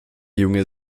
junge